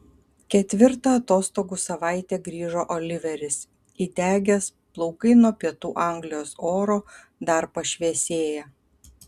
ketvirtą atostogų savaitę grįžo oliveris įdegęs plaukai nuo pietų anglijos oro dar pašviesėję